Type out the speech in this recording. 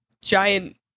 giant